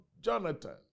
Jonathan